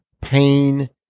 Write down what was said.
pain